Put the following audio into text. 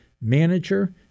manager